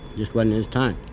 just wasn't his time.